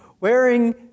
wearing